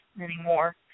anymore